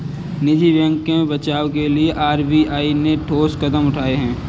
निजी बैंकों के बचाव के लिए आर.बी.आई ने ठोस कदम उठाए